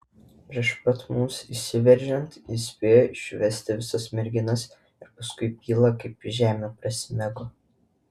prieš pat mums įsiveržiant jis spėjo išvesti visas merginas ir paskui byla kaip į žemę prasmego